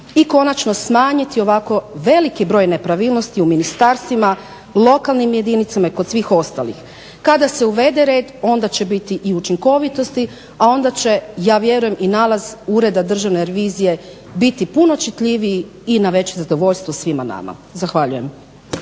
I konačno smanjiti ovako veliki broj nepravilnosti u ministarstvima, lokalnim jedinicama i kod svih ostalih. Kada se uvede red onda će biti i učinkovitosti, a onda će ja vjerujem i nalaz Ureda državne revizije biti puno čitljivijim i na veće zadovoljstvo svima nama. Zahvaljujem.